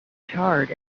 charred